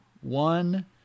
one